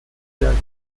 siyasi